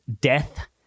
death